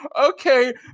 Okay